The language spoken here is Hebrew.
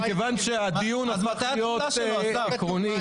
מכיוון שהדיון צריך להיות עקרוני,